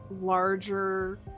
larger